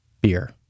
beer